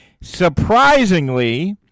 Surprisingly